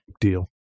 deal